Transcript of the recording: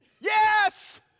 Yes